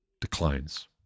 declines